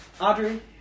Audrey